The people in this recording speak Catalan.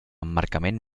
emmarcament